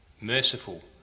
merciful